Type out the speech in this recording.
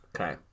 Okay